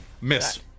miss